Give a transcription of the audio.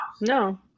No